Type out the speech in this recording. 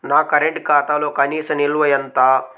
నా కరెంట్ ఖాతాలో కనీస నిల్వ ఎంత?